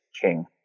king